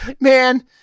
Man